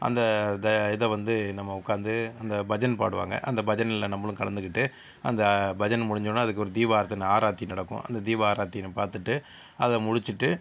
அந்த த இதை வந்து நம்ம உட்காந்து அந்த பஜன் பாடுவாங்கள் அந்த பஜன்ல நம்மளும் கலந்துக்கிட்டு அந்த பஜன் முடிஞ்சவொடன்னே அதுக்கு ஒரு தீபார்த்தனை ஆராத்தி நடக்கும் அந்த தீப ஆராத்தியை நம்ம பார்த்துட்டு அதை முடிச்சுட்டு